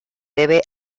debe